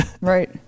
Right